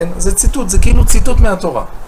זה ציטוט, זה כאילו ציטוט מהתורה.